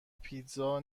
پیتزا